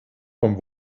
vom